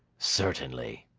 certainly.